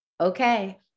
Okay